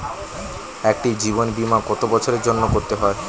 একটি জীবন বীমা কত বছরের জন্য করতে হয়?